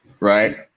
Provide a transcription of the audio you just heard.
right